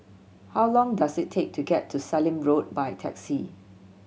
how long does it take to get to Sallim Road by taxi